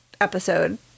episode